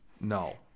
No